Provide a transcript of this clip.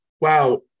wow